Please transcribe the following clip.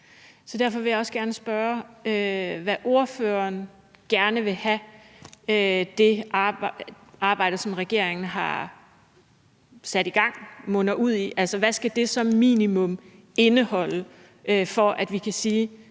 Så derfor vil jeg også gerne spørge, hvad ordføreren gerne vil have, at det arbejde, som regeringen har sat i gang, munder ud i. Altså, hvad skal det som minimum indeholde, for at vi kan sige: